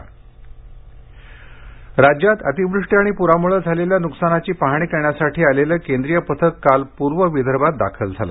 केंद्रीय पथक राज्यात अतिवृष्टी आणि प्रामुळे झालेल्या नुकसानाची पाहाणी करण्यासाठी आलेलं केंद्रीय पथक काल पूर्व विदर्भात दाखल झालं